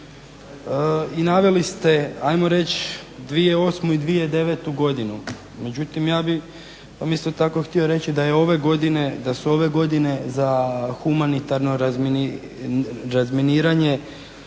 i naveli ste ajmo reći 2008.i 2009.godinu, međutim ja bi vam isto tako htio reći da su ove godine za humanitarno razminiranje